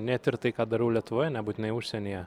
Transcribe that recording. net ir tai ką darau lietuvoje nebūtinai užsienyje